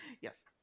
Yes